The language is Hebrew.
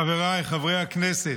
חבריי חברי הכנסת,